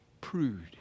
prude